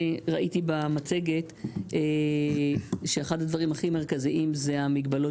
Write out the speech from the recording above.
ראיתי במצגת שאחד הדברים הכי מרכזיים זה המגבלות